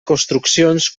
construccions